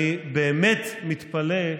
אני באמת מתפלא,